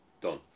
done